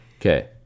Okay